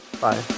Bye